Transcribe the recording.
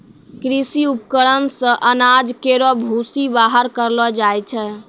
कृषि उपकरण से अनाज केरो भूसी बाहर करलो जाय छै